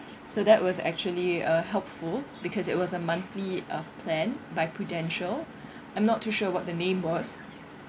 so that was actually uh helpful because it was a monthly uh plan by Prudential I'm not too sure what the name was